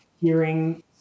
hearing